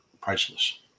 priceless